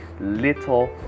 little